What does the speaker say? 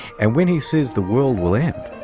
and when he says the world will end.